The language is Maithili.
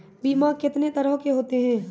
बीमा कितने तरह के होते हैं?